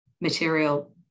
material